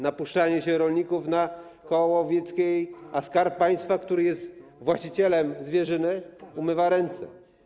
Napuszczanie rolników na koła łowieckie, a Skarb Państwa, który jest właścicielem zwierzyny, umywa ręce.